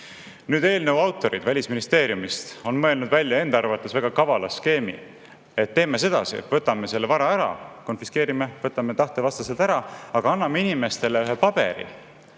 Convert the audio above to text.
Nüüd, eelnõu autorid Välisministeeriumist on enda arvates välja mõelnud väga kavala skeemi: teeme sedasi, et võtame selle vara ära, konfiskeerime, võtame tahtevastaselt ära, aga anname inimestele ühe paberi,